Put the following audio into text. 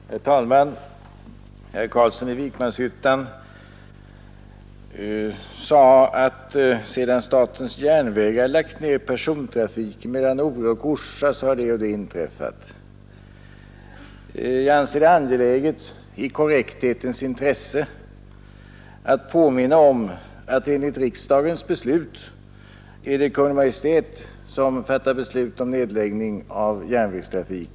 Herr talman! Herr Carlsson i Vikmanshyttan sade att sedan statens järnvägar lagt ned persontrafiken mellan Ore och Orsa har det och det inträffat. Jag anser det angeläget i korrekthetens intresse att påminna om att det enligt riksdagens beslut är Kungl. Maj:t och inte statens järnvägar som fattar beslut om nedläggning av järnvägstrafik.